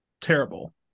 terrible